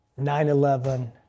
9-11